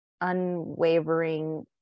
unwavering